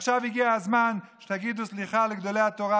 עכשיו הגיע הזמן שתגידו סליחה לגדולי התורה,